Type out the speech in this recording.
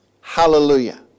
Hallelujah